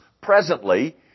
presently